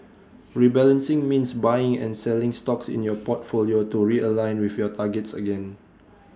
rebalancing means buying and selling stocks in your portfolio to realign with your targets again